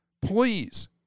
Please